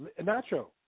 Nacho